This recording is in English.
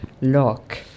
lock